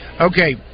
Okay